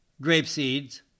grapeseeds